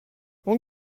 اون